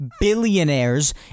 billionaires